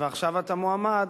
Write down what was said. ועכשיו אתה מועמד,